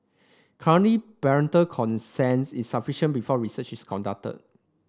currently parental consent is sufficient before research is conducted